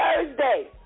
Thursday